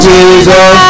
Jesus